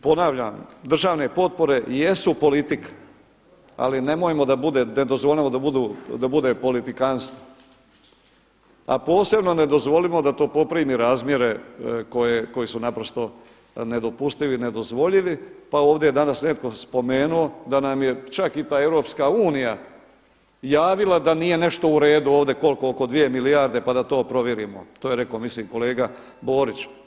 Ponavljam, državne potpore i jesu politika, ali nemojmo da bude, ne dozvolimo da bude politikantstvo, a posebno ne dozvolimo da to poprimi razmjere koji su naprosto nedopustivi i nedozvoljivi pa ovdje je danas neko spomenuo da nam je čak i ta EU javila da nije nešto uredu ovdje koliko oko dvije milijarde pa da to provjerimo, to je rekao mislim kolega Borić.